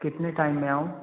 कितने टाइम में आऊँ